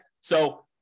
So-